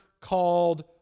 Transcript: called